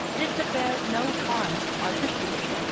did the pair no harm artistically,